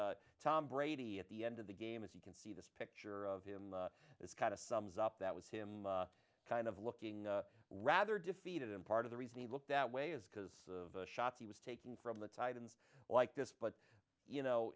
tom brady at the end of the game as you can see this picture of him is kind of sums up that was him kind of looking rather defeated and part of the reason he looked that way is because of shots he was taking from the titans like this but you know